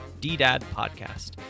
ddadpodcast